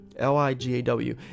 l-i-g-a-w